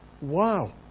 wow